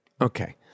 Okay